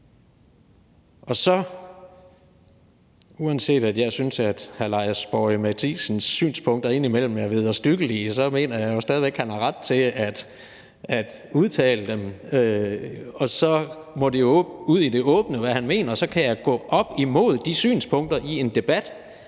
Uanset at jeg synes, at hr. Lars Boje Mathiesens synspunkter indimellem er vederstyggelige, så mener jeg stadig væk, at han har ret til at udtale dem, og så må det jo ud i det åbne, hvad han mener, og så kan jeg gå op imod de synspunkter i en debat,